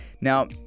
Now